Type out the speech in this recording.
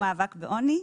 בעוני.